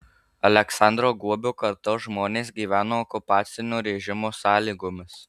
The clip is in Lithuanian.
aleksandro guobio kartos žmonės gyveno okupacinio režimo sąlygomis